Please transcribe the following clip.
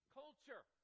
culture